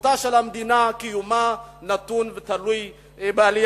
זכותה של המדינה, קיומה, נתונים ותלויים בעלייה.